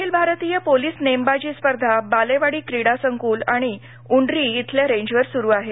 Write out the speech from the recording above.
अखिल भारतीय पोलिस नेमबाजी स्पर्धा बालेवाडी क्रीडसंक्ल आणि उंड्री इथल्या रेंजवर सुरु आहेत